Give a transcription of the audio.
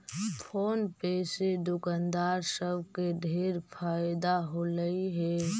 phone पे से दुकानदार सब के ढेर फएदा होलई हे